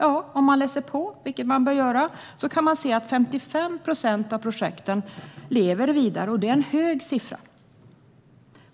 Ja, om man läser på, vilket man bör göra, kan man se att 55 procent av projekten lever vidare. Det är en hög siffra.